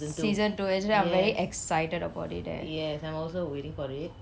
season two actually I'm very excited about it eh